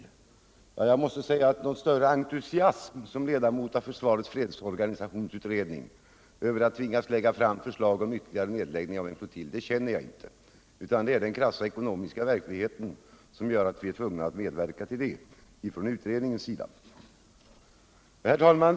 Som ledamot av försvarets fredsorganisationsutredning måste jag säga att jag inte känner någon större entusiasm över att tvingas lägga fram förslag om nedläggning av ytterligare en flottilj. Det är den krassa ekonomiska verkligheten som gör att utredningen är tvungen att medverka till det.